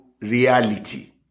reality